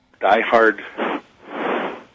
diehard